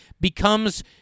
becomes